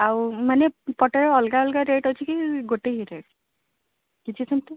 ଆଉ ମାନେ ପଟା ଅଲଗା ଅଲଗା ରେଟ୍ ଅଛି କି ଗୋଟେ ହି ରେଟ୍ କିଛି ସେମିତି